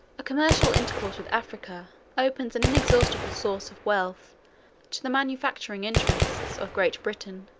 a commercial intercourse with africa opens an inexhaustible source of wealth to the manufacturing interests of great britain,